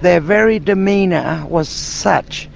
their very demeanour was such